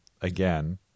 again